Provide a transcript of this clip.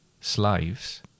slaves